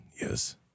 yes